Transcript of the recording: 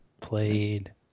played